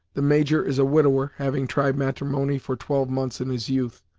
the major is a widower, having tried matrimony for twelve months in his youth,